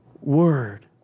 Word